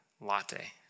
latte